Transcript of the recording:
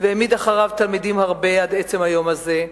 והעמיד אחריו תלמידים הרבה, עד עצם היום הזה,